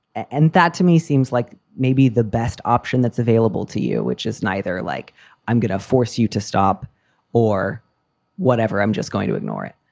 and that to me seems like maybe the best option that's available to you, which is neither like i'm going to force you to stop or whatever. i'm just going to ignore it